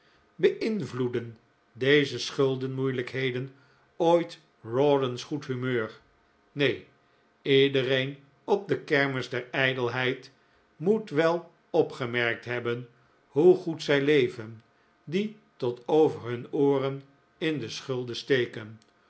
be'invloedden deze schulden moeilijkheden ooit rawdon's goed humeur neen iedereen op de kermis der ijdelheid moet wel opgemerkt hebben hoe goed zij leven die tot over hun ooren in de schulden steken